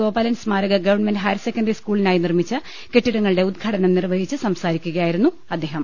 ഗോപാലൻ സ്മാരക government higher secondary സ്കൂളിനായി നിർമ്മിച്ച കെട്ടിടങ്ങളുടെ ഉദ്ഘാടനം നിർവഹിച്ച് സംസാരിക്കുകയായിരുന്നു അദ്ദേഹം